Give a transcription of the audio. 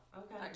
okay